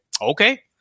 okay